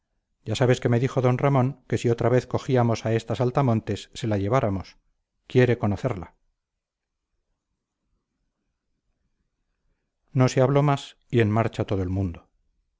ya sabes que me dijo d ramón que si otra vez cogíamos a esta saltamontes se la lleváramos quiere conocerla no se habló más y en marcha todo el mundo